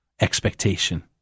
expectation